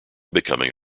becoming